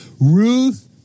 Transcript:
Ruth